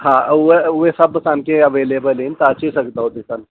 हा हूअ उहे सभु असांखे अवेलेबिल आहिनि तव्हां अची सघंदव ॾिसणु